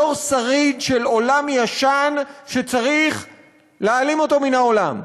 בתור שריד של עולם ישן שצריך להעלים אותו מן העולם,